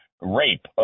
rape